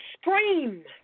scream